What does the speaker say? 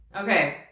Okay